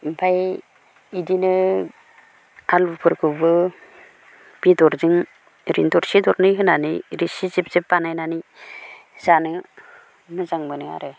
ओमफ्राय बिदिनो आलुफोरखौबो बेदरजों ओरैनो दरसे दरनै होनानै रोसि जेब जेब बानायनानै जानो मोजां मोनो आरो